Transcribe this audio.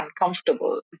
uncomfortable